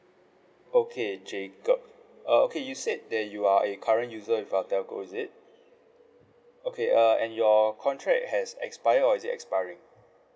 okay jacob uh okay you said that you are you a current user with our telco is it okay uh and your contract has expired or is it expiring